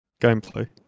Gameplay